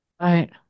Right